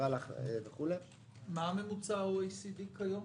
מה הממוצע ב-OECD כיום